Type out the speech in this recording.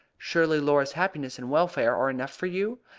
surely laura's happiness and welfare are enough for you?